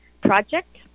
project